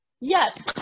Yes